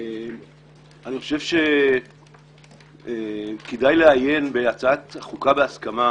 אני חושב שכדאי לעיין בהצעת החוקה בהסכמה